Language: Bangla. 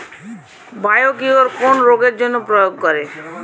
বায়োকিওর কোন রোগেরজন্য প্রয়োগ করে?